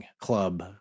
club